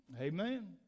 Amen